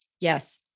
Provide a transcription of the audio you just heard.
Yes